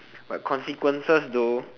but consequences though